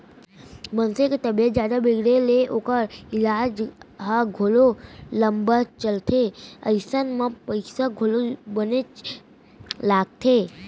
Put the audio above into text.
मनसे के तबीयत जादा बिगड़े ले ओकर ईलाज ह घलौ लंबा चलथे अइसन म पइसा घलौ बनेच लागथे